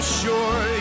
sure